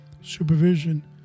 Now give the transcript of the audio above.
supervision